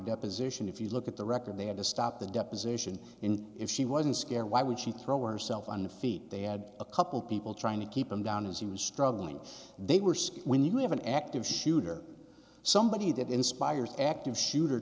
deposition if you look at the record they had to stop the deposition in if she wasn't scared why would she throw or self on the feet they had a couple people trying to keep him down as he was struggling they were when you have an active shooter somebody that inspires active shooter